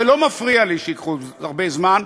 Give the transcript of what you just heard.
זה לא מפריע לי שייקחו הרבה זמן,